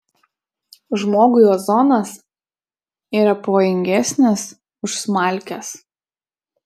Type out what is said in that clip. žmogui ozonas yra pavojingesnis už smalkes